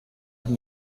from